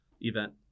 event